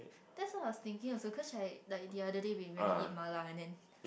that's what I was thinking also cause the other day we went to eat mala and then